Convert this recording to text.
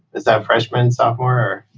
is that freshman, sophomore, or?